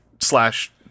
slash